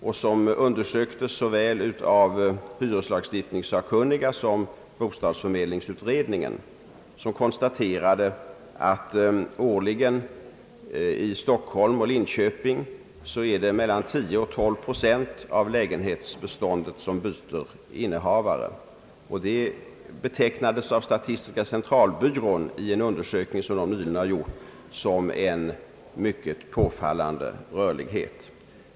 Den har undersökts såväl av hyreslagstiftningssakkunniga som av bostadsförmedlingsutredningen, som konstaterade att det i Stockholm och Linköping är mellan 10 och 12 procent av lägenhetsbeståndet som byter innehavare per år. Det betecknades av statistiska centralbyrån i en undersökning, som byrån nyligen har gjort, som en mycket påfallande rörlighet.